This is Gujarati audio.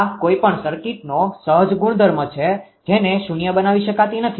આ કોઈપણ સર્કિટનો સહજ ગુણધર્મ છે જેને શૂન્ય બનાવી શકાતી નથી